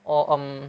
or um